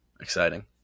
Exciting